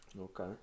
Okay